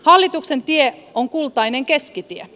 hallituksen tie on kultainen keskitie